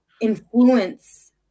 Influence